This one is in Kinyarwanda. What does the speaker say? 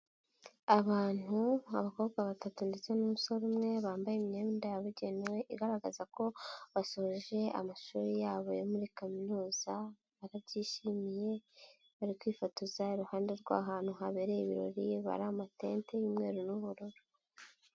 Abantu abakobwa batatu ndetse n'umusore umwe, bambaye imyenda yabigenewe igaragaza ko basoje amashuri yabo yo muri kaminuza, barabyishimiye bari kwifotoza, iruhande rw'ahantu habereye ibirori hari amatente y'umweru n'ubururu.